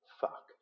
Fuck